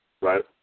Right